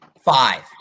Five